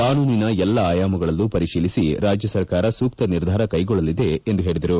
ಕಾನೂನಿನ ಎಲ್ಲಾ ಆಯಾಮಗಳಲ್ಲೂ ಪರಿಶೀಲಿಸಿ ರಾಜ್ಯ ಸರ್ಕಾರ ಸೂಕ್ತ ನಿರ್ಧಾರ ಕೈಗೊಳ್ಳಲಿದೆ ಎಂದು ಪೇಳಿದರು